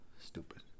Stupid